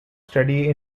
study